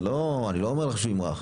זה לא, אני לא אומר לך שהוא ימרח.